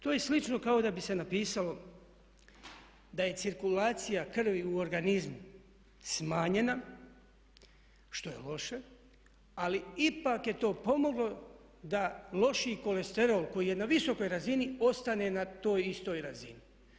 To je slično kao da bi se napisalo da je cirkulacija krvi u organizmu smanjena, što je loše ali ipak je to pomoglo da loši kolesterol koji je na visokoj razini ostane na toj istoj razini.